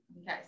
Okay